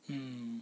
mm